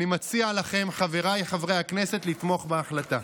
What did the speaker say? אני מציע לכם, חבריי חברי הכנסת, לתמוך בהחלטה.